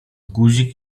guzik